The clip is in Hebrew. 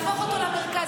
ולהפוך אותו למרכז?